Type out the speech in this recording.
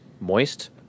moist